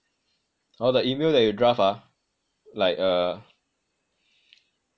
all the email that you draft ah like uh